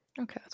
Okay